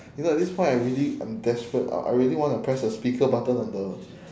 you know at this point I really I'm desperate I I really want to press the speaker button on the